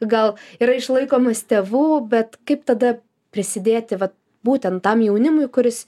gal yra išlaikomas tėvų bet kaip tada prisidėti vat būtent tam jaunimui kuris